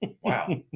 Wow